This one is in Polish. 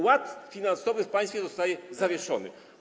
Ład finansowy w państwie zostaje zawieszony.